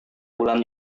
bulan